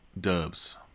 dubs